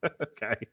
Okay